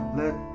let